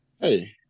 Hey